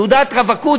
תעודת רווקות,